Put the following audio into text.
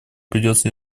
придется